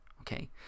okay